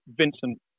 Vincent